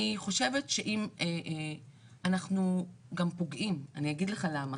אני אגיד לך למה.